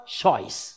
choice